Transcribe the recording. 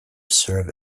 serve